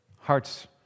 hearts